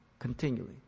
Continually